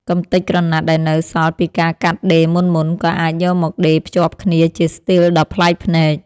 កម្ទេចក្រណាត់ដែលនៅសល់ពីការកាត់ដេរមុនៗ ក៏អាចយកមកដេរភ្ជាប់គ្នាជាស្ទីលដ៏ប្លែកភ្នែក។